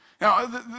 Now